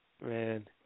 Man